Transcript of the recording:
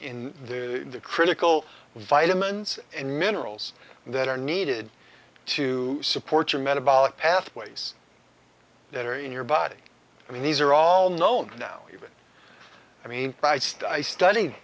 in the critical vitamins and minerals that are needed to support your metabolic pathways that are in your body i mean these are all known now that i mean i studied